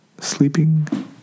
sleeping